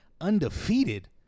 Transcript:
undefeated